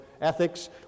ethics